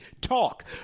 talk